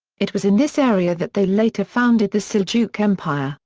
it was in this area that they later founded the seljuk empire,